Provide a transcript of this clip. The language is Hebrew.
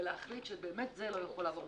ולהחליט שבאמת זה לא יכול לעבור בצורה כזו.